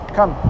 Come